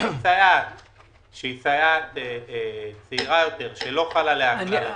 או האם זו סייעת צעירה יותר שלא חל עליה הדבר הזה.